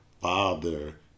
father